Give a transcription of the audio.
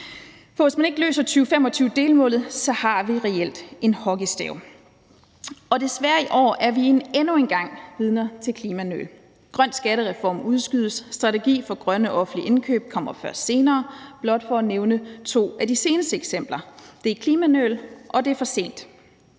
For hvis man ikke løser 2025-delmålet, har vi reelt en hockeystav. Og vi er desværre i år endnu en gang vidner til klimanøl. Grøn skattereform udskydes, strategi for grønne offentlige indkøb kommer først senere – blot for at nævne to af de seneste eksempler. Det er klimanøl, og det er for sent.